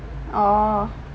oh